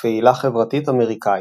ופעילה חברתית אמריקאית.